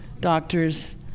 doctors